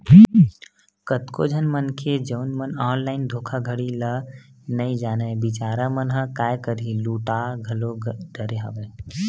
कतको झन मनखे जउन मन ऑनलाइन धोखाघड़ी ल नइ जानय बिचारा मन ह काय करही लूटा घलो डरे हवय